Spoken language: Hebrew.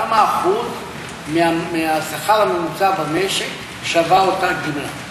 כמה אחוז מהשכר הממוצע במשק שווה אותה גמלה.